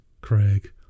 Craig